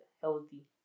healthy